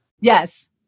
Yes